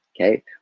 Okay